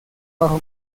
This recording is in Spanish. bajo